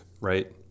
right